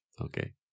Okay